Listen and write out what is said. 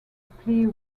plea